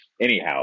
Anyhow